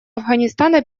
афганистана